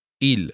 Il